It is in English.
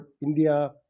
india